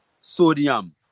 sodium